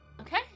Okay